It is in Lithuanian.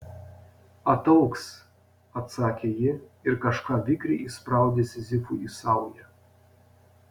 ataugs atsakė ji ir kažką vikriai įspraudė sizifui į saują